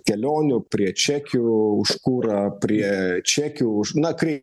kelionių prie čekių už kurą prie čekių už na kai